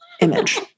image